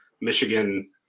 Michigan